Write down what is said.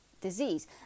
disease